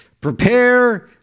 prepare